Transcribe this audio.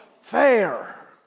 Fair